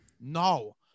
no